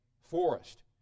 Forest